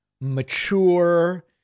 mature